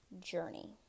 journey